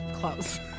clothes